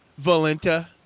Valenta